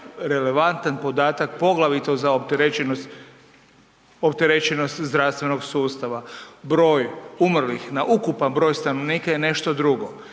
relevantan podatak poglavito za opterećenost zdravstvenog sustava. Broj umrlih na ukupan broj stanovnika je nešto drugo